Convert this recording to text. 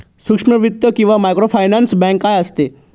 सूक्ष्म वित्त किंवा मायक्रोफायनान्स बँक काय असते?